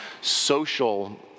social